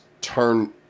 turn